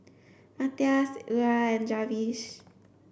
Matthias Lola and Jarvis